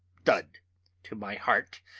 thud to my heart,